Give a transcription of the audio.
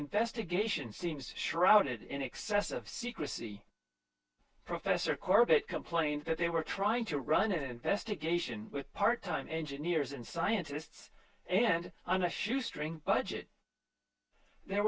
investigation seems shrouded in excess of secrecy professor corbett complained that they were trying to run an investigation with part time engineers and scientists and on a shoestring budget there